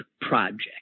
Project